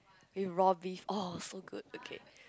eat raw beef !orh! so good okay